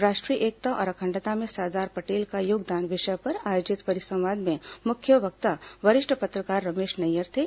राष्ट्रीय एकता और अखंडता में सरदार पटेल का योगदान विषय पर आयोजित परिसंवाद के मुख्य वक्ता वरिष्ठ पत्रकार रमेश नैयर थे